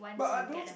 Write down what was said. but are those